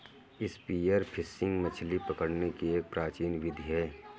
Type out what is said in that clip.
spear fishing मछली पकड़ने की एक प्राचीन विधि है